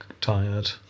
tired